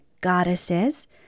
goddesses